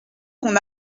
qu’on